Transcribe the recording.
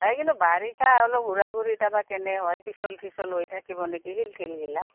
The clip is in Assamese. এই কিন্তু বাৰিষা অলপ ঘূৰা ঘূৰি তাৰবা কেনে হয় পিছল চিচল হৈ থাকিব নেকি শিল ছিলগিলা